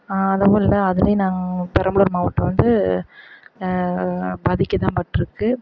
அளவும் இல்லை அதுலேயும் நாங்கள் பெரம்பலூர் மாவட்டம் வந்து பாதிக்கத்தான்பட்டிருக்கு